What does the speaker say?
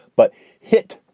but hit,